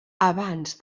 abans